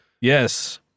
Yes